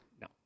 no